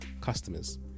customers